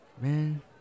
Man